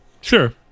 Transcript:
Sure